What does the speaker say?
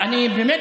זה לא